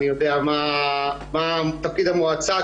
אני יודע מה תפקיד המועצה